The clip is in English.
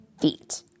feet